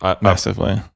Massively